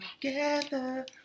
together